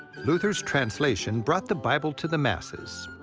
luther's translation brought the bible to the masses.